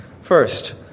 First